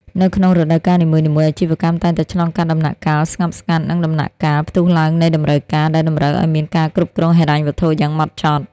នៅក្នុងរដូវកាលនីមួយៗ អាជីវកម្មតែងតែឆ្លងកាត់ដំណាក់កាល "ស្ងប់ស្ងាត់" និងដំណាក់កាល "ផ្ទុះឡើងនៃតម្រូវការ" ដែលតម្រូវឱ្យមានការគ្រប់គ្រងហិរញ្ញវត្ថុយ៉ាងហ្មត់ចត់។